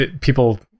people